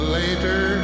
later